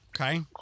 Okay